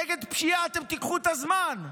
נגד פשיעה אתם תיקחו את הזמן.